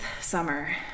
summer